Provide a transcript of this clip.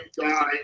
Die